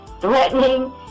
threatening